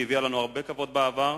שהביאה לנו הרבה כבוד בעבר.